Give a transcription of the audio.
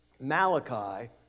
Malachi